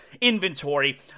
inventory